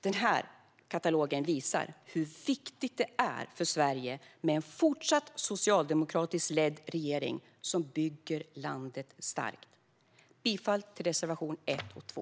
Den här katalogen visar hur viktigt det är för Sverige med en fortsatt socialdemokratiskt ledd regering som bygger landet starkt. Jag yrkar bifall till reservationerna 1 och 2.